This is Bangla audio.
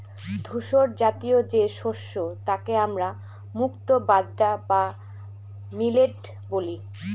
ধূসরজাতীয় যে শস্য তাকে আমরা মুক্তো বাজরা বা মিলেট বলি